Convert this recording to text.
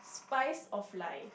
spice of life